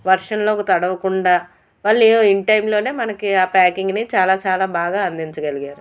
వర్షంలో తడవకుండా వాళ్ళు ఇన్ టైంలోనే మనకి ఆ ప్యాకింగ్ని చాలా చాలా బాగా అందించగలిగారు